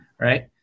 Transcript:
Right